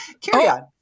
carry-on